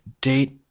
Date